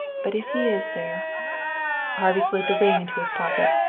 but if he is there harvey slid the ring into his pocket.